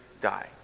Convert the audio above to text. die